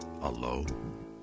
alone